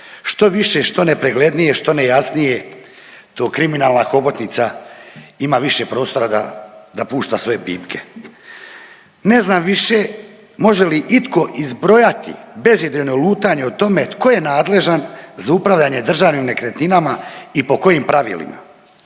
Štoviše, što nepreglednije, što nejasnije to kriminalna hobotnica ima više prostora da pušta svoje pipke. Ne znam više može li itko izbrojati bezidejno lutanje o tome tko je nadležan za upravljanje državnim nekretninama i po kojim pravilima?